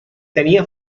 tenia